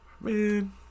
man